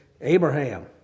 Abraham